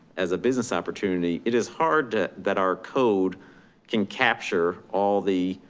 as a business opportunity. it is hard that our code can capture all the